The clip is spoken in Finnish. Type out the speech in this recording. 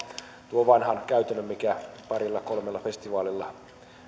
tuon vanhan käytännön mikä parilla kolmella festivaalilla